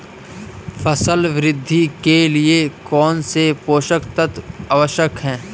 फसल वृद्धि के लिए कौनसे पोषक तत्व आवश्यक हैं?